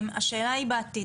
אנחנו מקווים שייפתח בעתיד,